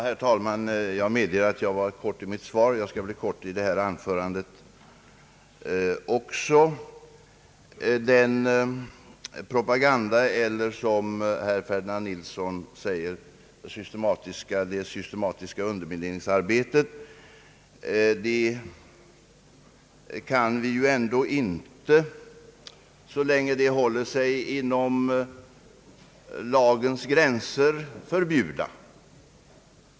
Herr talman! Jag medger att mitt interpellationssvar var kortfattat. Jag skall också fatta mig kort den här gången. Den propaganda som förekommer — eller det systematiska undermineringsarbetet som herr Ferdinand Nilsson uttrycker sig — kan vi ändå inte, så länge den håller sig inom nu gällande lagstiftning, förbjuda.